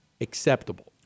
acceptable